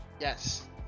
Yes